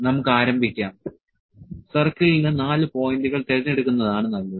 നമുക്ക് ആരംഭിക്കാം സർക്കിളിന് 4 പോയിന്റുകൾ തിരഞ്ഞെടുക്കുന്നതാണ് നല്ലത്